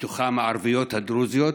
ובתוכן הערביות הדרוזיות,